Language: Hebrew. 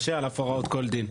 אז שיהיה "על אף הוראות כל דין".